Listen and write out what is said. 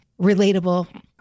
relatable